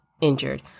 injured